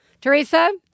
Teresa